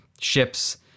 ships